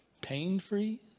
pain-free